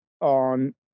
on